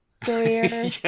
career